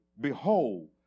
Behold